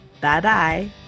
Bye-bye